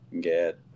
get